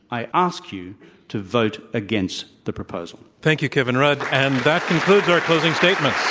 i ask you to vote against the proposal. thank you, kevin rudd. and that concludes our closing statements.